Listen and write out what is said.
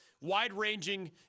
Wide-ranging